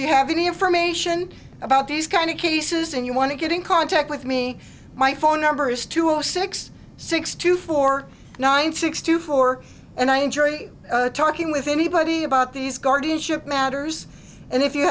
you have any information about these kind of cases and you want to get in contact with me my phone number is two zero six six two four nine six two four and i enjoy talking with anybody about these guardianship matters and if you